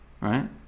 Right